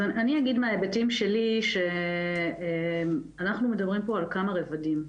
אני אגיד מההיבטים שלי שאנחנו מדברים פה על כמה רבדים.